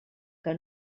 que